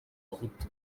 abahutu